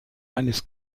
eines